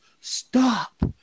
stop